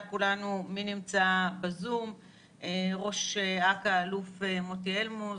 נמצאים בזום ראש אכ"א האלוף מוטי אלמוז,